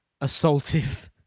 assaultive